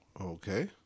Okay